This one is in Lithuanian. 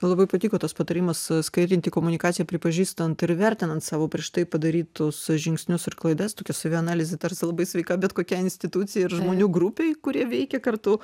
labai patiko tas patarimas skaidrinti komunikaciją pripažįstant ir įvertinant savo prieš tai padarytus žingsnius ir klaidas tokia savianalizė tarsi labai sveika bet kokiai institucijai ir žmonių grupei kurie veikia kartu